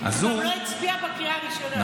הוא גם לא הצביע בקריאה הראשונה.